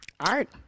Art